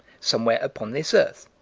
somewhere upon this earth.